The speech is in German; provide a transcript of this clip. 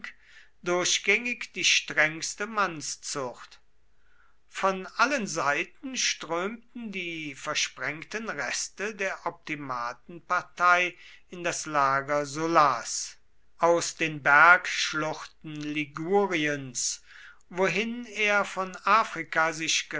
durchgängig die strengste mannszucht von allen seiten strömten die versprengten reste der optimatenpartei in das lager sullas aus den bergschluchten liguriens wohin er von afrika sich